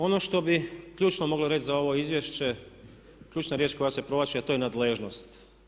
Ono što bi ključno mogli reći za ovo izvješće, ključna riječ koja se provlači a to je nadležnost.